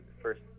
first